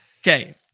okay